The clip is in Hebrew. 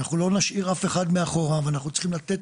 אנחנו לא נשאיר אף אחד מאחורה ואנחנו צריכים לתת